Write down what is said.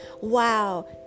Wow